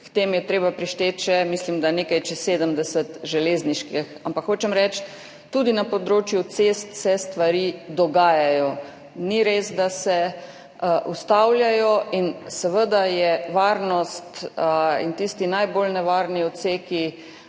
k temu je treba prišteti še mislim, da nekaj čez 70 železniških, ampak hočem reči, tudi na področju cest se stvari dogajajo. Ni res, da se ustavljajo in seveda so varnost in tisti najbolj nevarni odseki